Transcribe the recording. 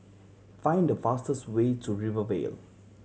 find the fastest way to Rivervale